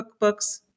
Cookbooks